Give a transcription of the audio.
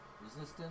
resistance